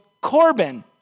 Corbin